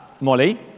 Molly